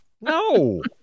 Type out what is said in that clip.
No